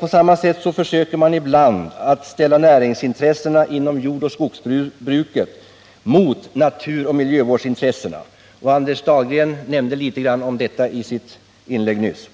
På samma sätt försöker man att ställa näringsintressena inom jordoch skogsbruket mot naturoch miljövårdsintressena — Anders Dahlgren var inne litet på detta i sitt inlägg nyss.